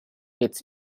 its